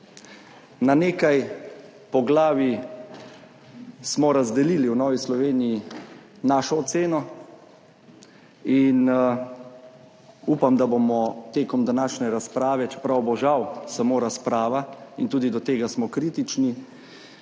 Na nekaj poglavij smo razdelili v Novi Sloveniji našo oceno in upam, da bomo v današnji razpravi, čeprav bo žal samo razprava, in tudi do tega smo kritični,